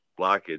blockage